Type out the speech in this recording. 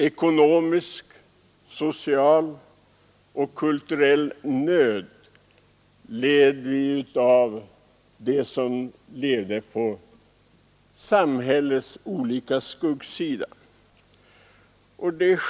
Ekonomisk, social och kulturell nöd led vi av, vi som levde på samhällets skuggsida.